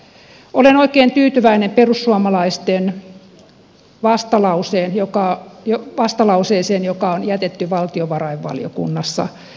olen oikein tyytyväinen perussuomalaisten vastalauseeseen joka on jätetty valtiovarainvaliokunnassa